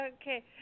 Okay